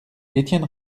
etienne